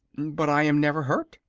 but i am never hurt,